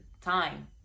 time